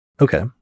Okay